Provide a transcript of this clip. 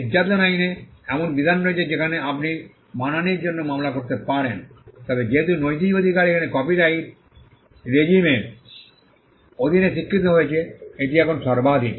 নির্যাতন আইনে এমন বিধান রয়েছে যেখানে আপনি মানহানির জন্য মামলা করতে পারেন তবে যেহেতু নৈতিক অধিকার এখন কপিরাইট রেজিমের অধীনে স্বীকৃত হয়েছে এটি এখন সর্বাধিক